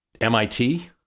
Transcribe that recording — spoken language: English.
MIT